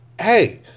hey